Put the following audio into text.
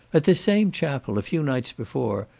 at this same chapel, a few nights before,